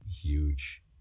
huge